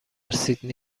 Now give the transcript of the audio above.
سیدنی